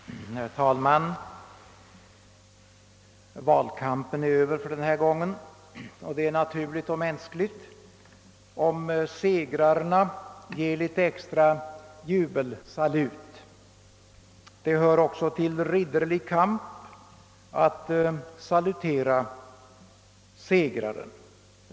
Herr talman! Valkampen är över för denna gång, och det är naturligt och mänskligt om segrarna ger litet extra jubelsalut. Det hör också till ridderlig kamp att salutera segraren.